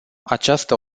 această